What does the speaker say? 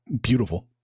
beautiful